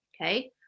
Okay